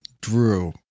Drew